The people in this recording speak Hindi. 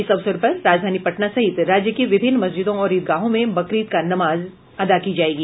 इस अवसर पर राजधानी पटना सहित राज्य की विभिन्न मस्जिदों और ईदगाहों में बकरीद की नमाज अदा की जायेगी